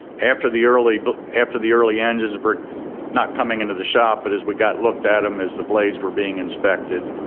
after the early but after the early engines were not coming into the shop, but as we looked at them, as the blades were being inspected,